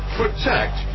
protect